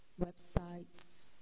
websites